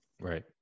Right